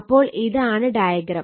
അപ്പോൾ ഇതാണ് ഡയഗ്രം